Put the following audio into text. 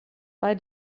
bei